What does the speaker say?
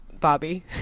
Bobby